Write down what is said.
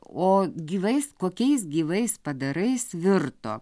o gyvais kokiais gyvais padarais virto